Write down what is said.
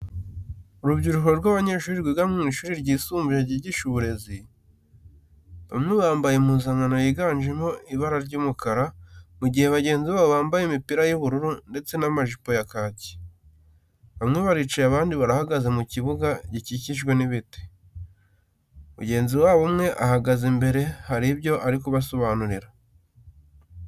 Urubyiruko rw'abanyeshuri rwiga mu ishuri ryisumbuye ryigisha uburezi, bamwe bambaye impuzankano yiganjemo ibara ry'umukara, mu gihe bagenzi babo bambaye imipira y'ubururu ndetse n'amajipo ya kaki. Bamwe baricaye abandi barahagaze mu kibuga gikikijwe n'ibiti. Mugenzi wabo umwe ahagaze imbere hari ibyo ari kubasobanurira.